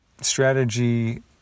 Strategy